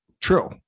True